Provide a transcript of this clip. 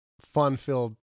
fun-filled